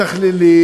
לא מתכללים,